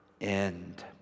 end